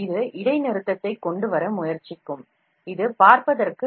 இது இடைநிறுத்தத்தைக் கொண்டுவர முயற்சிக்கும் இது உங்களுக்கு மிகவும் மோசமான தோற்றத்தை தரக்கூடும்